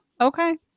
Okay